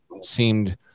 seemed